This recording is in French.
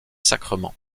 sacrements